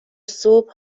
صبح